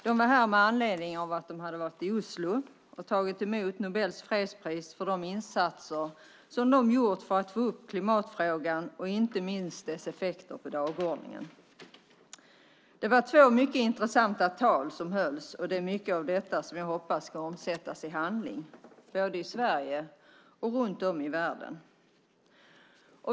De var här med anledning av att de hade varit i Oslo för att ta emot Nobels fredspris för de insatser som de gjort för att få upp klimatförändringen och inte minst dess effekter på dagordningen. Det var två mycket intressanta tal som hölls, och det är mycket av detta som jag hoppas ska omsättas i handling både i Sverige och runt om i världen.